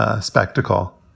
spectacle